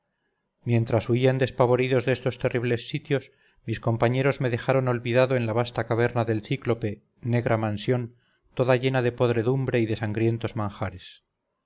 mientras huían despavoridos de estos terribles sitios mis compañeros me dejaron olvidado en la vasta caverna del cíclope negra mansión toda llena de podredumbre y de sangrientos manjares